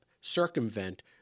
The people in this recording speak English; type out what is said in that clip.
circumvent